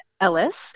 Ellis